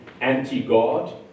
anti-God